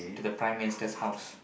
to the Prime Minister's house